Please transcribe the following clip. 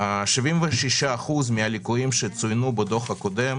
76% מהליקויים שצוינו בדוח הקודם